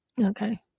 Okay